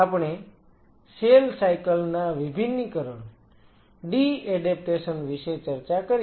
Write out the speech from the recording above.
આપણે cell cycle ના વિભિન્નીકરણ ડી એડેપ્ટેશન વિશે ચર્ચા કરી છે